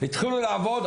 התחילו לעבוד,